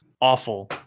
Awful